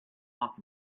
off